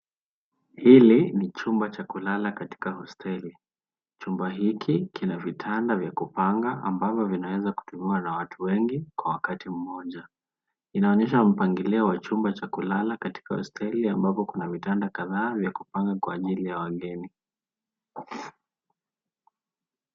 Hili ni chumba cha kulala katika hosteli. Chumba hiki kina vitanda vya kupanga ambavyo vinaweza kutumiwa na watu wengi kwa wakati mmoja. Inaonyesha mpangilio wa chumba cha kulala katika hosteli ambapo kuna vitanda kadhaa vya kupanga kwa ajili ya wageni.